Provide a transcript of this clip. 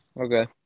Okay